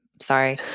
Sorry